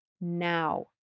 now